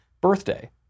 birthday